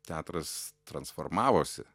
teatras transformavosi